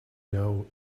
know